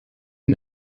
den